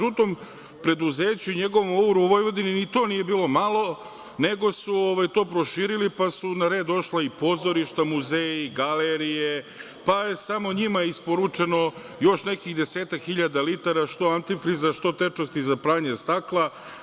Žutom preduzeću i njegovom OUR-u u Vojvodini ni to nije bilo malo, nego su to proširili pa su na red došla i pozorišta, muzeji, galerije, pa je samo njima isporučeno još nekih desetak hiljada litara, što antifriza, što tečnosti za pranje stakla.